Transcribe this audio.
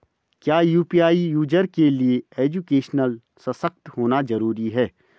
क्या UPI user के लिए एजुकेशनल सशक्त होना जरूरी है?